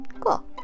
cool